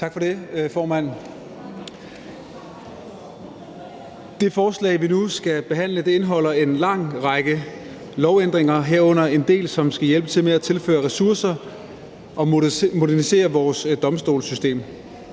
Tak for det, formand. Det forslag, vi nu skal behandle, indeholder en lang række lovændringer, herunder en del, som skal hjælpe til med at tilføre ressourcer og modernisere vores domstolssystem.